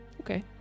okay